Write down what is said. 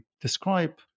describe